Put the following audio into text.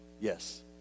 yes